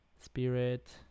Spirit